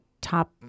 top